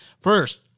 First